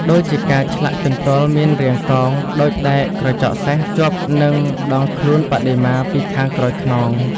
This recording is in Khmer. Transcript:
ដូចជាការឆ្លាក់ជន្ទល់មានរាងកោងដូចដែកក្រចកសេះជាប់នឹងដងខ្លួនបដិមាពីខាងក្រោយខ្នង។